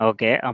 Okay